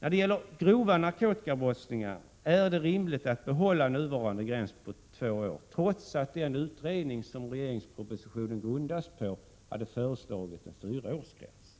När det gäller grova narkotikabrottslingar är det rimligt att behålla nuvarande gräns på två år, trots att den utredning som propositionen grundas på hade föreslagit en fyraårsgräns.